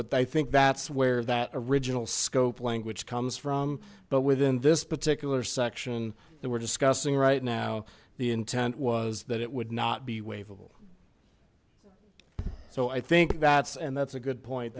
but i think that's where that original scope language comes from but within this particular section there we're discussing right now the intent was that it would not be waived so i think that's and that's a good point